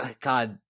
God